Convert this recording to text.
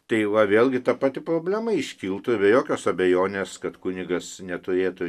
tai va vėlgi ta pati problema iškiltų be jokios abejonės kad kunigas neturėtų